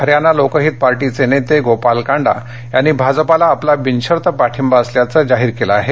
हरयाना लोकहित पार्टीचे नेते गोपाल कांडा यांनी भाजपाला आपला बिनशर्त पाठिंबा असल्याचं जाहीर केला आहे